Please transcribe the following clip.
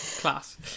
class